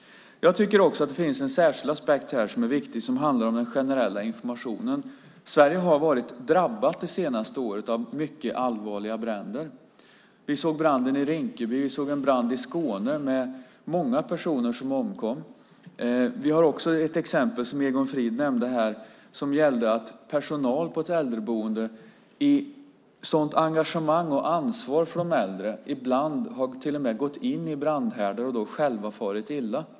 Jag tycker också att det finns en särskild aspekt här som är viktig och som handlar om den generella informationen. Sverige har under det senaste året varit drabbat av mycket allvarliga bränder. Vi har ju sett exempelvis branden i Rinkeby och en brand i Skåne där många personer omkom. Ett annat exempel som Egon Frid här nämnt handlar om personal på ett äldreboende som har ett sådant engagemang och ansvar för de äldre att man ibland till och med gått in i brandhärdar och då själv farit illa.